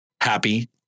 Happy